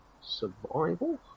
Survival